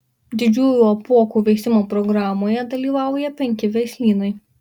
didžiųjų apuokų veisimo programoje dalyvauja penki veislynai